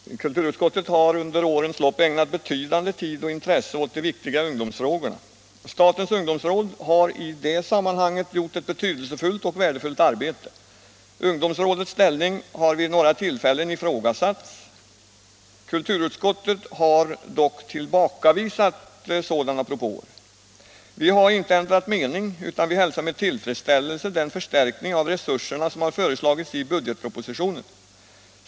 Herr talman! Kulturutskottet har under årens lopp ägnat betydande tid och intresse åt de viktiga ungdomsfrågorna. Statens ungdomsråd har i det sammanhanget gjort ett betydelsefullt och värdefullt arbete. Ungdomsrådets ställning har vid några tillfällen ifrågasatts. Kulturutskottet har dock tillbakavisat sådana propåer. Vi har inte ändrat mening utan vi hälsar med tillfredsställelse den förstärkning av resurserna som har föreslagits i budgetpropositionen.